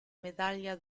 medaglia